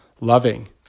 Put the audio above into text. loving